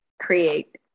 create